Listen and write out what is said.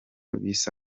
bisa